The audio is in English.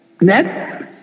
next